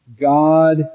God